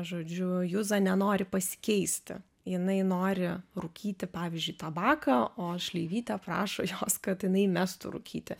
žodžiu juza nenori pasikeisti jinai nori rūkyti pavyzdžiui tabaką o šleivytė prašo jos kad jinai mestų rūkyti